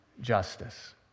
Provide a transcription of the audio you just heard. justice